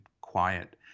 quiet